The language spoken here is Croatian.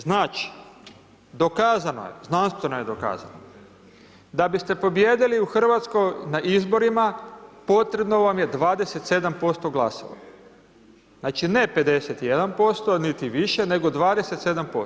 Znači, dokazano je, znanstveno je dokazano, da biste pobijedili u RH na izborima, potrebno vam je 27% glasova, znači, ne 51%, niti više, nego 27%